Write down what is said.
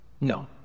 No